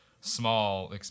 small